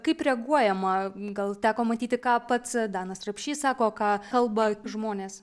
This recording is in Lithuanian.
kaip reaguojama gal teko matyti ką pats danas rapšys sako ką kalba žmonės